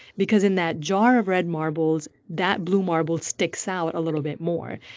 because in that jar of red marbles, that blue marble sticks out a little bit more.